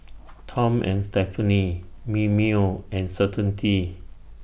Tom and Stephanie Mimeo and Certainty